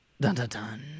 Dun-dun-dun